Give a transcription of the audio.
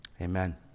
Amen